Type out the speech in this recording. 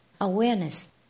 Awareness